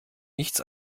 nichts